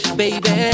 baby